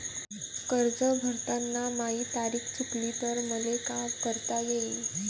कर्ज भरताना माही तारीख चुकली तर मले का करता येईन?